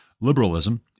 liberalism